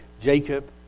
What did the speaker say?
Jacob